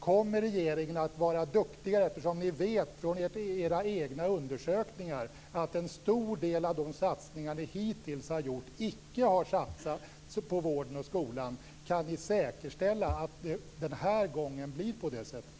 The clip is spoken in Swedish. Kommer regeringen att vara duktigare, eftersom ni från era egna undersökningar vet att en stor del av de satsningar som ni hittills har gjort icke har satsats på vården och skolan? Kan ni säkerställa att det den här gången blir på det sättet?